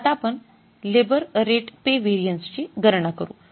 तर आता आपण लेबर रेट पे व्हेरिएन्स ची गणना करू